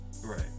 Right